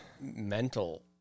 mental